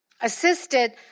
assisted